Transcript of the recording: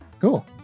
Cool